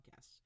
podcasts